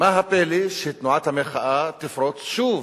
מה הפלא שתנועת המחאה תפרוץ שוב?